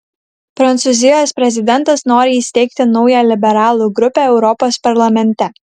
prancūzijos prezidentas nori įsteigti naują liberalų grupę europos parlamente